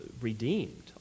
redeemed